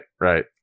right